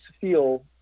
feel